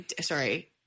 sorry